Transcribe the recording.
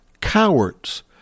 cowards